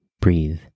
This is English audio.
breathe